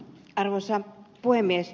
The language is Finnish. arvoisa puhemies